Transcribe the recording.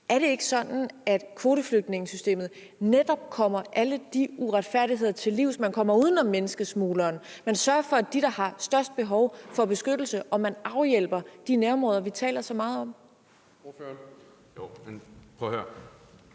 Er det ikke sådan, at kvoteflygtningesystemet netop kommer alle de uretfærdigheder til livs? Man kommer uden om menneskesmugleren, man sørger for, at de, der har størst behov, får beskyttelse, og man afhjælper de nærområder, som vi taler så meget om.